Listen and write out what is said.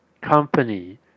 company